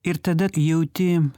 ir tada jauti